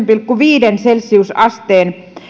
pilkku viiteen celsiusasteen